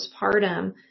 postpartum